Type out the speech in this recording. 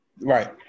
Right